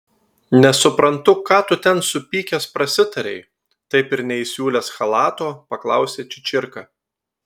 nesuprantu ką tu ten supykęs prasitarei taip ir neįsiūlęs chalato paklausė čičirka